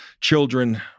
children